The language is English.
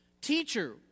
Teacher